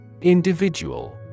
Individual